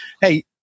Hey